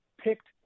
picked